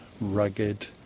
rugged